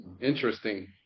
interesting